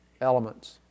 elements